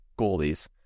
goalies